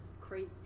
crazy